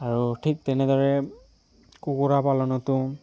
আৰু ঠিক তেনেদৰে কুকুৰা পালনতো